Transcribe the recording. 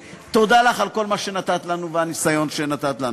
תודה לך על כל מה שנתת לנו והניסיון שנתת לנו.